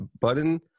Button